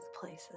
places